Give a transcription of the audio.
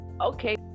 Okay